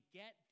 get